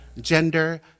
gender